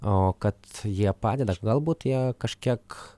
o kad jie padeda galbūt jie kažkiek